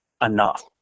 enough